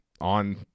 on